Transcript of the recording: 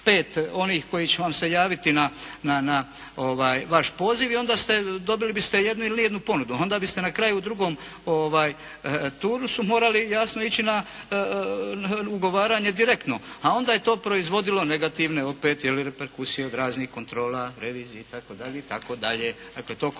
onih koji će vam se javiti na vaš poziv i onda ste, dobili biste jednu ili ni jednu ponudu. Onda biste na kraju u drugom turnusu morali jasno ići na ugovaranje direktno, a onda je to proizvodilo negativne opet je li reperkusije od raznih kontrola revizije itd.